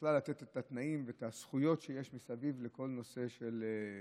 ובכלל לתת את התנאים ואת הזכויות שיש מסביב לכל נושא הלב.